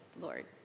Lord